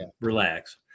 relax